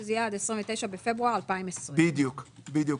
שזה יהיה "עד 29 בפברואר 2020". בדיוק.